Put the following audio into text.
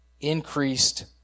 increased